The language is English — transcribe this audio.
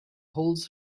holds